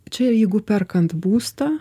čia jeigu perkant būstą